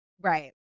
Right